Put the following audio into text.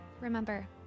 Remember